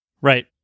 Right